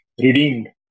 redeemed